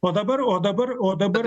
o dabar o dabar o dabar